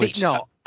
No